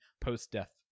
post-death